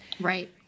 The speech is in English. Right